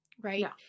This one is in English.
right